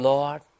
Lord